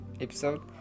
episode